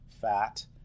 fat